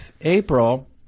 April